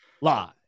live